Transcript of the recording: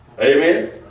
amen